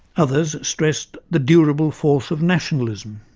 others stressed the durable force of nationalism.